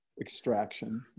extraction